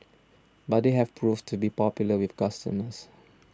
but they have proved to be popular with customers